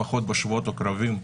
לפחות בשבועות הקרובים,